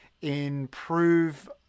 improve